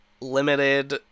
limited